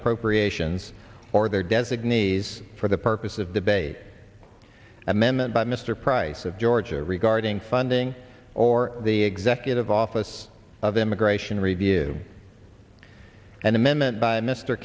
appropriations or their designees for the purpose of debate amendment by mr price of georgia regarding funding or the executive office of immigration review and amendment by mr